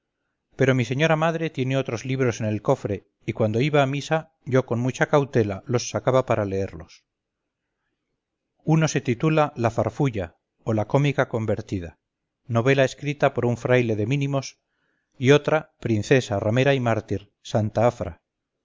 pero mi señora madre tiene otros libros en el cofre y cuando iba a misa yo con mucha cautela los sacaba para leerlos uno se titula la farfulla o la cómica convertida novela escrita por un fraile de mínimos y otra princesa ramera y mártir santa afra